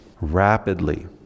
rapidly